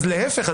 להפך,